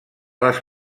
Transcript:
les